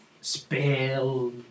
spell